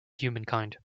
humankind